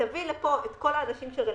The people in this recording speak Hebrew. תביא לפה את כל האנשים שרלוונטיים,